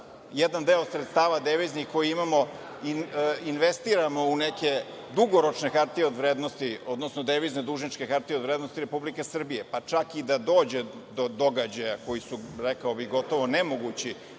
jedan deo sredstava deviznih koji imamo investiramo u neke dugoročne hartije od vrednosti, odnosno devizne dužničke hartije od vrednosti Republike Srbije? Pa, čak i da dođe do događaja, koji su rekao bih gotovo nemogući,